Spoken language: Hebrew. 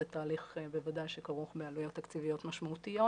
זה תהליך שבוודאי כרוך בעלויות תקציביות משמעותיות